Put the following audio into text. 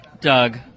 Doug